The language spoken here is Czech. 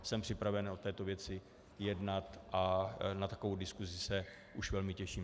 Jsem připraven o této věci jednat a na takovou diskusi už se velmi těším.